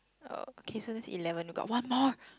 oh K so that's eleven got one more